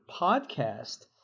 podcast